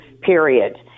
period